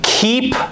Keep